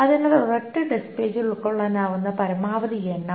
അതിനാൽ ഒരൊറ്റ ഡിസ്ക് പേജിൽ ഉൾക്കൊള്ളാനാവുന്ന പരമാവധി എണ്ണം